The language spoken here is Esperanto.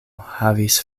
havis